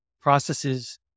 processes